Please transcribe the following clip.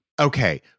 Okay